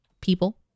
people